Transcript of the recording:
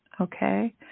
Okay